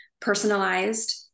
personalized